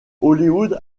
hollywood